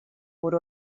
por